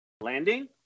landing